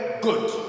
good